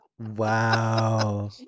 Wow